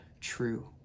true